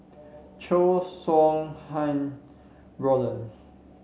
Chow Sau Hai Roland